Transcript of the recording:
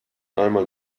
einmal